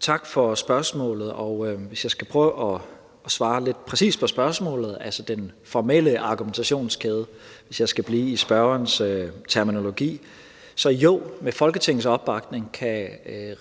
Tak for spørgsmålet. Hvis jeg skal prøve at svare lidt præcist på spørgsmålet, altså den formelle argumentationskæde, hvis jeg skal blive i spørgerens terminologi, så jo, med Folketingets opbakning kan